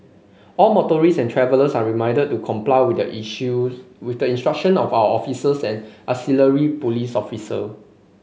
all motorists and travellers are reminded to comply with the issues with the instruction of our officers and auxiliary police officer